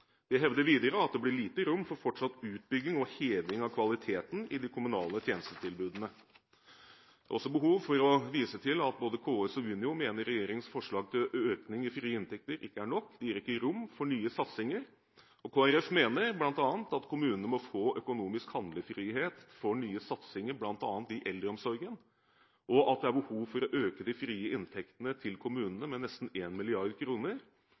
De hevder videre at det blir lite rom for fortsatt utbygging og heving av kvaliteten i de kommunale tjenestetilbudene. Jeg har også behov for å vise til at både KS og Unio mener at regjeringens forslag til økning i frie inntekter ikke er nok, de gir ikke rom for nye satsinger. Kristelig Folkeparti mener at kommunene må få økonomisk handlefrihet for nye satsinger bl.a. i eldreomsorgen, og at det er behov for å øke de frie inntektene til kommunene med nesten